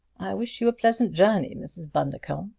wish you a pleasant journey, mrs. bundercombe,